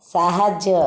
ସାହାଯ୍ୟ